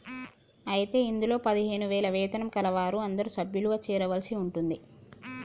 అయితే ఇందులో పదిహేను వేల వేతనం కలవారు అందరూ సభ్యులుగా చేరవలసి ఉంటుంది